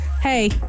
hey